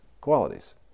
qualities